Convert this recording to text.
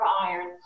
iron